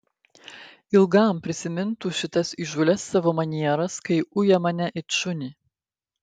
ilgam prisimintų šitas įžūlias savo manieras kai uja mane it šunį